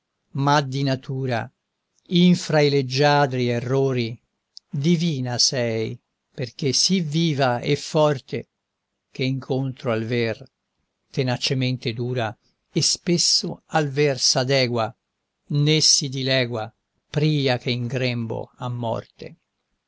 ma di natura infra i leggiadri errori divina sei perché sì viva e forte che incontro al ver tenacemente dura e spesso al ver s'adegua né si dilegua pria che in grembo a morte